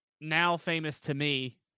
now-famous-to-me